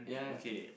okay